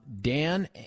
Dan